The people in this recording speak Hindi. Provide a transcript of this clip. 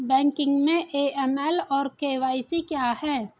बैंकिंग में ए.एम.एल और के.वाई.सी क्या हैं?